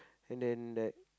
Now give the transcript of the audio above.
and then like